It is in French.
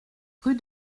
rue